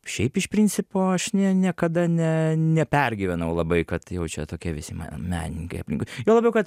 šiaip iš principo aš nie niekada ne nepergyvenau labai kad jau čia tokie visi menininkai aplinkui juo labiau kad